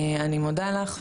אני מודה לך,